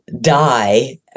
die